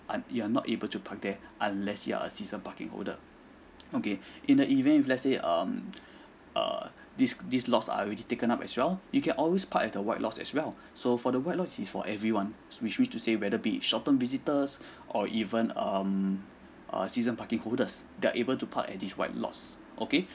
un~ you're not able to park there unless you're a season parking holder okay in the event if let's say um uh these these lots are already taken up as well you can always park at the white lots as well so for the white lot is for everyone which mean to say whether be short term visitors or even um a season parking holders they're able to park at these white lots okay